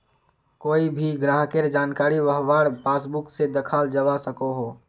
कोए भी ग्राहकेर जानकारी वहार पासबुक से दखाल जवा सकोह